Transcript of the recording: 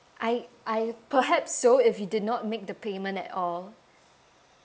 I I perhaps so if you did not make the payment at all